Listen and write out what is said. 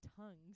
tongues